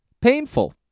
painful